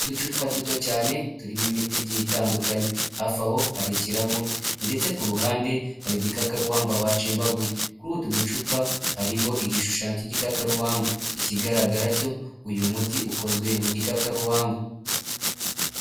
Uducupa duto cyane turimo imiti igiye itandukanye; hafi aho hari ikirahure ndetse ku ruhande hari igikakarumba bacimbaguye; kuri utu ducupa hariho igishushanyo cy'igikakarubamba. Ikigaragara cyo uyu muti ukozwe mu gikakarubamba.